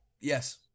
Yes